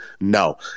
No